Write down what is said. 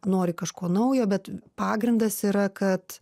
nori kažko naujo bet pagrindas yra kad